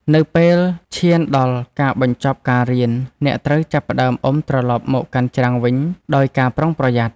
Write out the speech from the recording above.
នៅពេលឈានដល់ការបញ្ចប់ការរៀន អ្នកត្រូវចាប់ផ្ដើមអុំត្រឡប់មកកាន់ច្រាំងវិញដោយការប្រុងប្រយ័ត្ន។